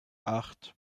acht